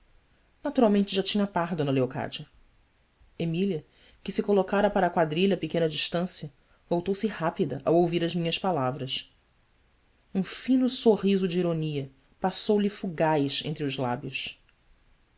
naturalmente já tinha par d leocádia emília que se colocara para a quadrilha a pequena distância voltou-se rápida ao ouvir as minhas palavras um fino sorriso de ironia passou-lhe fugace entre os lábios